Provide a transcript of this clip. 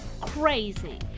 crazy